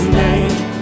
name